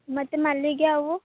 ಮತ್ತೆ ಮಲ್ಲಿಗೆ ಹೂವು